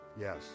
yes